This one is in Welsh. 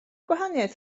gwahaniaeth